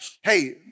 hey